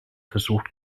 versucht